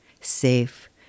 safe